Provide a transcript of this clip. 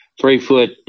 three-foot